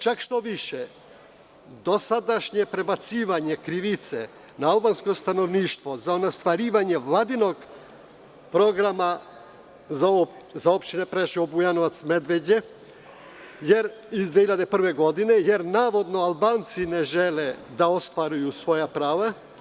Čak šta više, dosadašnje prebacivanje krivice na albansko stanovništvo za ne ostvarivanje vladinog programa za opštine Preševo, Bujanovac i Medveđa iz 2001. godine, jer navodno Albanci ne žele da ostvaruju svoja prava.